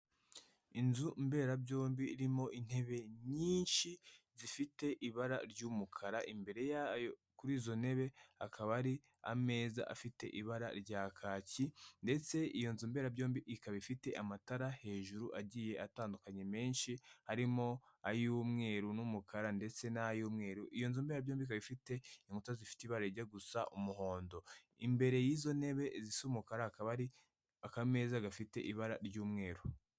Inzu mberabyombi irimo intebe nyinshi zifite ibara ry'umukara imbere yayo kuri izo ntebe hakaba hari ameza afite ibara rya kacyi, ndetse iyo nzu mberabyombi ikaba ifite amatara hejuru agiye atandukanye menshi harimo ay'umweru n'umukara ndetse n'ay'umweru, iyo nzu mberabyombi ikaba ifite inkuta zifite ibara rijya gusa umuhondo, imbere y'izo ntebe zisuka hakaba hari akameza gafite ibara ry'umweru.